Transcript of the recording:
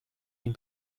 این